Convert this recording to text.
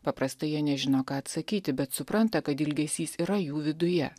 paprastai jie nežino ką atsakyti bet supranta kad ilgesys yra jų viduje